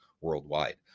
worldwide